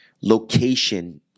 location